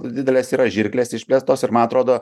didelės yra žirklės išplėstos ir man atrodo